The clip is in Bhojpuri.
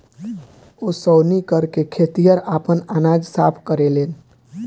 ओसौनी करके खेतिहर आपन अनाज साफ करेलेन